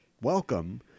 Welcome